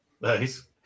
Nice